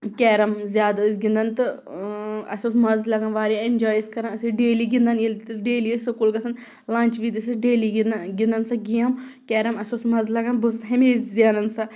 کیٚرَم زیادٕ ٲسۍ گِنٛدان تہٕ اَسہِ اوس مَزٕ لَگان واریاہ اِنجاے ٲسۍ کَران أسۍ ٲسۍ ڈیلی گِنٛدان ییٚلہِ تہِ ڈیلی ٲسۍ سکوٗل گژھان لںٛچ وِز ٲسۍ أسۍ ڈیلی گِنٛدان گِنٛدان سۄ گیم کیٚرَم اَسہِ اوس مَزٕ لَگان بہٕ ٲسٕس ہمیشہِ زینان سۄ